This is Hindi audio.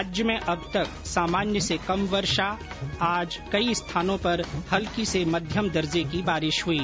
प्रदेश में अबतक सामान्य से कम वर्षा आज कई स्थानों पर हल्की से मध्यम दर्जे की बारिश हुई